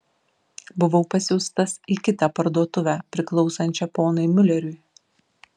buvau pasiųstas į kitą parduotuvę priklausančią ponui miuleriui